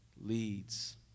leads